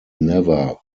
never